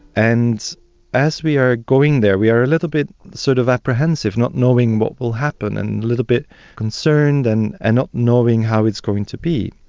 and as we are going there we are a little bit sort of apprehensive, not knowing what will happen, and a little bit concerned and and not knowing how it's going to be.